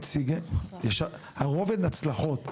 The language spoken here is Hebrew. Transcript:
הרוב הן הצלחות.